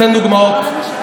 אתן דוגמאות.